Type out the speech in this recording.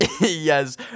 Yes